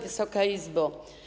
Wysoka Izbo!